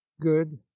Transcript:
good